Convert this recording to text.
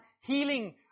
Healing